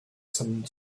some